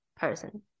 person